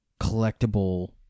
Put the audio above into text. collectible